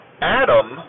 Adam